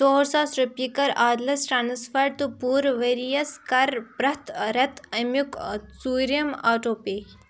ژور ساس رۄپیہِ کَر عادِلَس ٹرٛانٕسفَر تہٕ پوٗرٕ ؤرِیَس کَر پرٛٮ۪تھ رٮ۪تہٕ اَمیُک ژوٗرِم آٹو پے